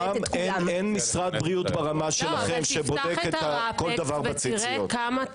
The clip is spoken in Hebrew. אין משרד בריאות ברמה שלכם שבודק כל דבר בציציות.